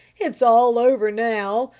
it's all over now.